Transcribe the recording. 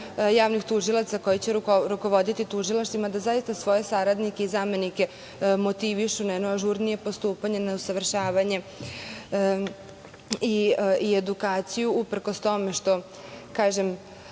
javnih tužilaca, koji će rukovoditi tužilaštvima, da zaista svoje saradnike i zamenike motivišu na jedno ažurnije postupanje, na usavršavanje i edukaciju, uprkos tome što… Kažem,